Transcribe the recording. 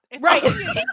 Right